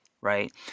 right